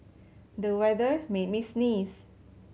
the weather made me sneeze